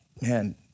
man